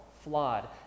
flawed